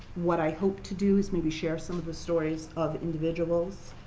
what i hope to do is, maybe, share some of the stories of individuals.